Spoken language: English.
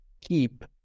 keep